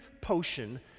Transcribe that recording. potion